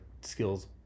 skills